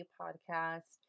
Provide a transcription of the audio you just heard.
podcast